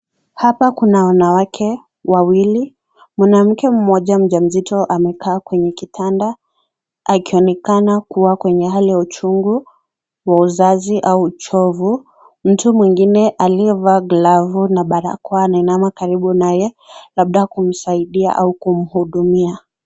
Hapa Kuna wanawake wawili, mwanamke Mmoja mja mzito amekaa kwenye kitanda akionekana kuwa kwenye hali ya uchungu wa uzazi au uchovu, mtu mwingine aliyevaa glovu na barakoa anainama karibu naye labda kumsaidia au kumhudumia.